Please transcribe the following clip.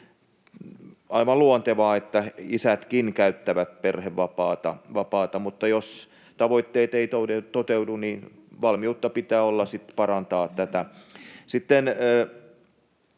aivan luontevaa, että hekin käyttävät perhevapaata. Mutta jos tavoitteet eivät toteudu, niin valmiutta pitää olla sitten parantaa tätä.